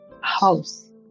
house